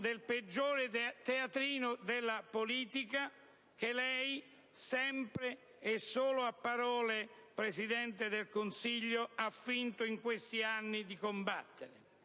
del peggior teatrino della politica, che lei, sempre e solo a parole, Presidente del Consiglio, ha finto in questi anni di combattere.